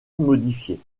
modifiée